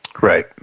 right